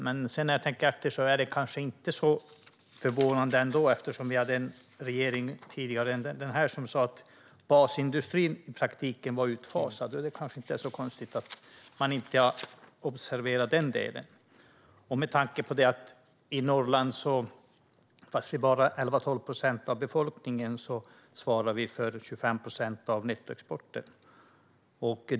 Men när jag tänker efter är det kanske inte så förvånande ändå eftersom vi hade en tidigare regering som sa att basindustrin i praktiken var utfasad. Vi i Norrland är bara 11-12 procent av befolkningen men svarar för 25 procent av nettoexporten.